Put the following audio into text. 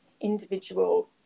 individual